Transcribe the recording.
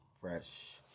Fresh